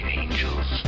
angels